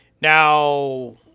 Now